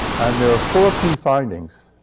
and there were four key findings.